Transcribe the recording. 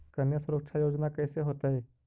कन्या सुरक्षा योजना कैसे होतै?